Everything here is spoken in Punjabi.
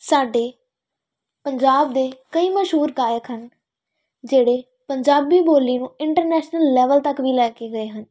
ਸਾਡੇ ਪੰਜਾਬ ਦੇ ਕਈ ਮਸ਼ਹੂਰ ਗਾਇਕ ਹਨ ਜਿਹੜੇ ਪੰਜਾਬੀ ਬੋਲੀ ਨੂੰ ਇੰਟਰਨੈਸ਼ਨਲ ਲੈਵਲ ਤੱਕ ਵੀ ਲੈ ਕੇ ਗਏ ਹਨ